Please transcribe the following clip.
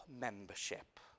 membership